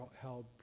held